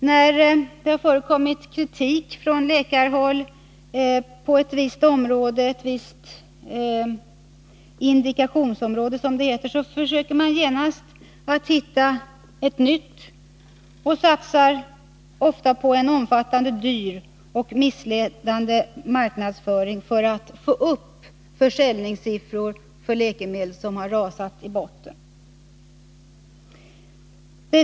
När vissa delar av läkarkåren kritiserar ett indikationsområde, försöker läkemedelsindustrin genast finna ett nytt och satsar på omfattande, dyr och ofta missledande marknadsföring för att åter få upp de försäljningssiffror som har rasat i botten.